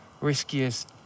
riskiest